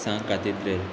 सांग कातिदले